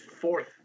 fourth